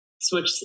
switch